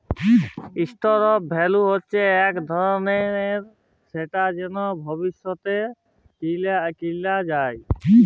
store of value হচ্যে ইক ধরলের এসেট যেট ভবিষ্যতে কিলা যায়